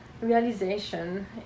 realization